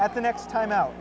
at the next time out